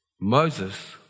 Moses